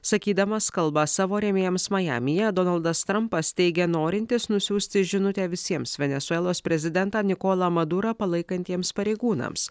sakydamas kalbą savo rėmėjams majamyje donaldas trumpas teigia norintis nusiųsti žinutę visiems venesuelos prezidentą nikolą madurą palaikantiems pareigūnams